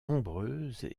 nombreuses